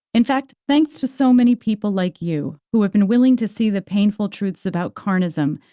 in fact, thanks to so many people like you, who have been willing to see the painful truths about carnism,